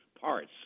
parts